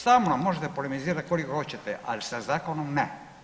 Sa mnom možete polemizirati koliko hoćete, ali sa zakonom ne.